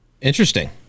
Interesting